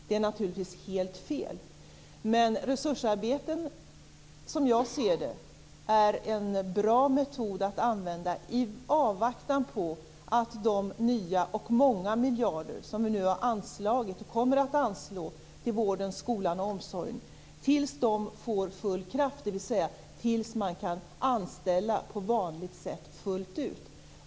Det är naturligtvis helt fel. Men resursarbeten är, som jag ser det, en bra metod att använda i avvaktan på att de nya och många miljarder som vi nu har anslagit och kommer att anslå till vården, skolan och omsorgen får full kraft, dvs. tills man kan anställa på vanligt sätt fullt ut.